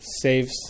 saves